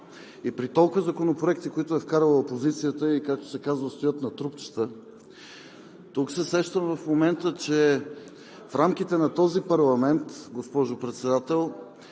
и при толкова законопроекти, които е вкарала опозицията, както се казва, стоят на трупчета. В момента се сещам, че в рамките на този парламент, госпожо Председател,